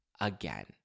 Again